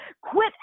Quit